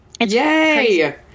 Yay